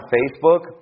Facebook